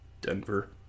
Denver